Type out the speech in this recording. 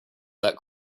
that